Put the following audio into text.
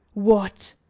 what!